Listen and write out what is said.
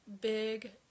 big